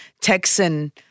Texan